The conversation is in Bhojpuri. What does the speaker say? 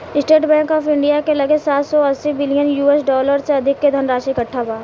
स्टेट बैंक ऑफ इंडिया के लगे सात सौ अस्सी बिलियन यू.एस डॉलर से अधिक के धनराशि इकट्ठा बा